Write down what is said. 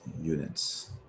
units